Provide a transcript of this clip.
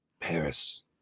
Paris